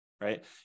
right